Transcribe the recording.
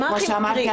כמו שאמרתי,